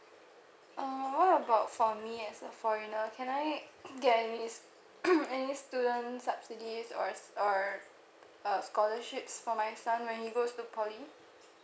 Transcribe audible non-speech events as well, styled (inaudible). uh what about for me as a foreigner can I get any s~ (coughs) any student subsidies or s~ or a uh scholarships for my son when he goes to poly